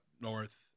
north